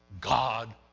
God